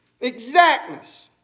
exactness